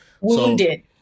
Wounded